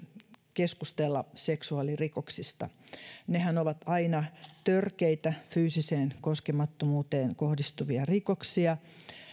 keskustella seksuaalirikoksista nehän ovat aina törkeitä fyysiseen koskemattomuuteen kohdistuvia rikoksia